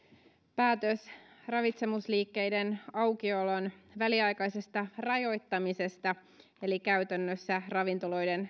päätös ravitsemusliikkeiden aukiolon väliaikaisesta rajoittamisesta eli käytännössä ravintoloiden